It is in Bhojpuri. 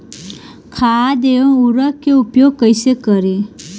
खाद व उर्वरक के उपयोग कईसे करी?